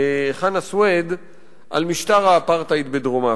חנא סוייד על משטר האפרטהייד בדרום-אפריקה.